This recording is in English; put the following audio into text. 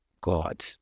god